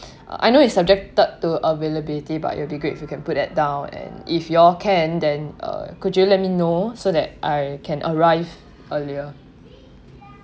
I know it's subjected to availability but it'll be great if you can put that down and if you're can then uh could you let me know so that I can arrive earlier